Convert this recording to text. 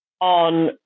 on